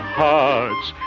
hearts